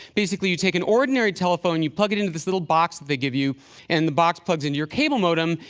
basically you take an ordinary telephone, you plug it into this little box that they give you and the box plugs into your cable modem.